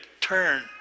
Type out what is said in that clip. turn